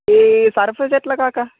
ఇది సర్ఫేస్ ఎట్లా కాకా